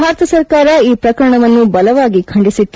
ಭಾರತ ಸರ್ಕಾರ ಈ ಪ್ರಕರಣವನ್ನು ಬಲವಾಗಿ ಖಂಡಿಸಿತ್ತು